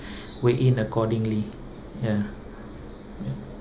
weigh in accordingly ya ya